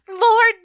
Lord